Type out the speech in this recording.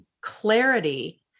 clarity